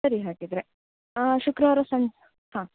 ಸರಿ ಹಾಗಿದ್ದರೆ ಶುಕ್ರವಾರ ಸಂಜೆ ಹಾಂ